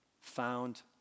found